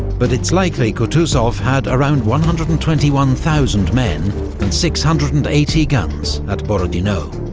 but it's likely kutuzov had around one hundred and twenty one thousand men and six hundred and eighty guns at borodino.